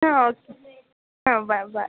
ಹಾಂ ಓಕೆ ಹಾಂ ಬಾಯ್ ಬಾಯ್